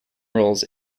roles